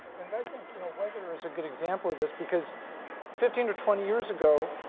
and i think you know weather is a good example of this because fifteen or twenty years ago,